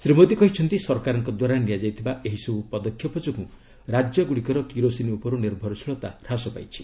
ଶ୍ରୀ ମୋଦୀ କହିଛନ୍ତି ସରକାରଙ୍କ ଦ୍ୱାରା ନିଆଯାଇଥିବା ଏହିସବୁ ପଦକ୍ଷେପ ଯୋଗୁଁ ରାଜ୍ୟ ଗୁଡ଼ିକର କିରୋସିନ ଉପରୁ ନିର୍ଭରଶୀଳତା ହ୍ରାସ ପାଇଛି